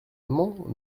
amendement